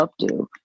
updo